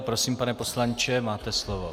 Prosím, pane poslanče, máte slovo.